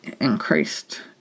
increased